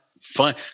fun